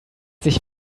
sich